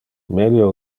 melio